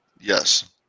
Yes